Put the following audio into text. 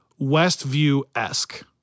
Westview-esque